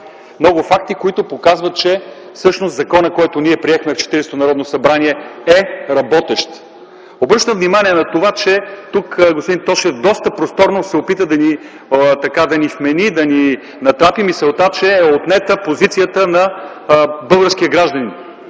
много факти, които показват, че всъщност законът, който ние приехме в Четиридесетото Народно събрание, е работещ. Обръщам внимание на това, че тук господин Тошев доста просторно се опита да ни вмени и натрапи мисълта, че е отнета позицията на българския гражданин,